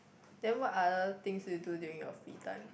then what other things do you do doing your free time